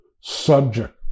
subject